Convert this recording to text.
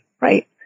right